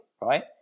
right